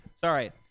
Sorry